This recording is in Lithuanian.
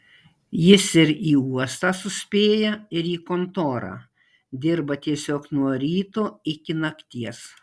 jis ir į uostą suspėja ir į kontorą dirba tiesiog nuo ryto iki nakties